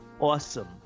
awesome